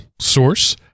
source